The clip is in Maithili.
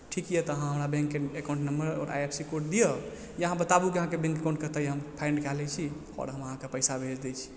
ठीक यऽ तऽ अहाँ हमरा बैंक एकाउन्ट नम्मर आओर आइ एफ सी कोड दियऽ या अहाँ बताबू कि अहाँके बैंक एकाउन्ट कतऽ यऽ हम फाइण्ड कए लइ छी आओर हम अहाँक पइसा भेज दय छी